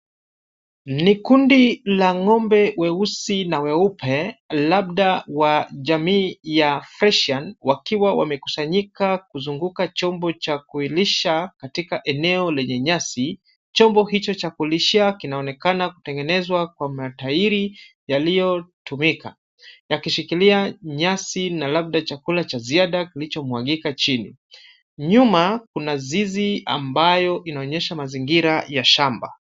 Ni kundi la ng'ombe weusi na weupe, labda wa jamii ya freshian wakiwa wamekusanyika kuzunguka chombo cha kuilisha katika eneo lenye nyasi. Chombo hicho cha kulishia kinaonekana kutengenezwa kwa matairi yaliyotumika. Yakishikilia nyasi na labda chakula cha ziada kilichomwagika chini. Nyuma kuna zizi ambayo inaonyesha mazingira ya shamba.